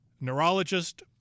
neurologist